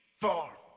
Four